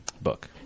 book